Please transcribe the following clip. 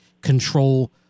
control